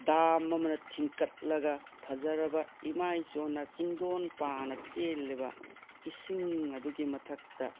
dam ꯑꯃꯅ ꯊꯤꯡꯀꯠꯂꯒ ꯐꯖꯔꯕ ꯏꯃꯥꯏ ꯆꯣꯟꯅ ꯆꯤꯡꯗꯣꯟ ꯄꯥꯅ ꯆꯦꯜꯂꯤꯕ ꯏꯁꯤꯡ ꯑꯗꯨꯒꯤ ꯃꯊꯛꯇ